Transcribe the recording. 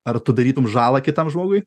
ar tu darytum žalą kitam žmogui